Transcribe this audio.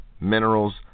minerals